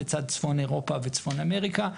לצד צפון אירופה וצפון אמריקה,